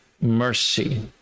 mercy